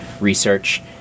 research